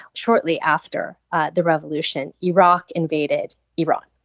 shortly after the revolution, iraq invaded iran,